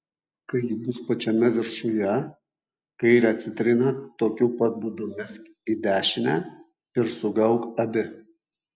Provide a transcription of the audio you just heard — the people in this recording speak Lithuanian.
kai ji bus pačiame viršuje kairę citriną tokiu pat būdu mesk į dešinę ir sugauk abi